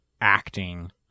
acting